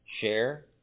share